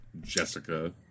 Jessica